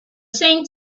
same